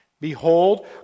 Behold